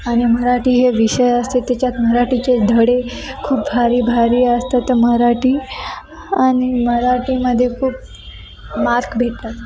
आणि मराठी हे विषय असते त्याच्यात मराठीचे धडे खूप भारी भारी असतात तर मराठी आणि मराठीमध्ये खूप मार्क भेटतात